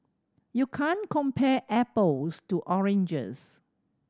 you can't compare apples to oranges